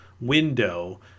window